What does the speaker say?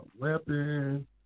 weapon